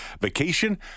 vacation